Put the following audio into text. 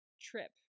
trip